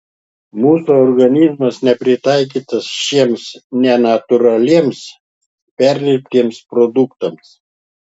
mūsų organizmas nepritaikytas šiems nenatūraliems perdirbtiems produktams